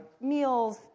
meals